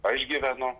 aš gyvenu